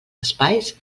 espais